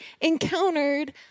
encountered